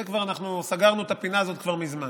כבר סגרנו את הפינה הזאת מזמן.